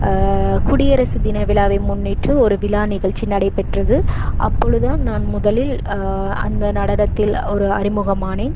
குடியரசு தின விழாவை முன்னிட்டு ஒரு விழா நிகழ்ச்சி நடைபெற்றது அப்பொழுது நான் முதலில் அந்த நடனத்தில் ஒரு அறிமுகமானேன்